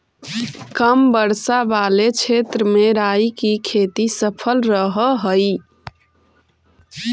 कम वर्षा वाले क्षेत्र में राई की खेती सफल रहअ हई